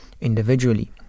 individually